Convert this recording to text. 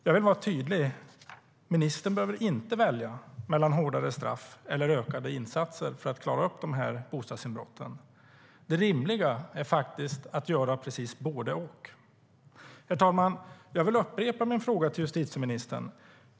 Jag vill vara tydlig: Ministern behöver inte välja mellan hårdare straff eller ökade insatser för att klara upp bostadsinbrotten. Det rimliga är att göra både och. Herr talman! Jag vill upprepa min fråga till justitieministern.